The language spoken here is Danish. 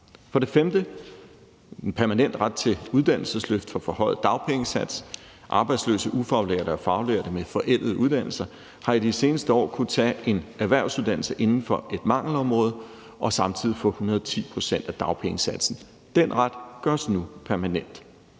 vil der komme en permanent ret til uddannelsesløft på forhøjet dagpengesats. Arbejdsløse, ufaglærte og faglærte med forældede uddannelser har i de seneste år kunnet tage en erhvervsuddannelse inden for et mangelområde og samtidig få 110 pct. af dagpengesatsen. Den ret gøres nu permanent.